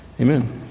Amen